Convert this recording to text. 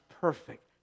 perfect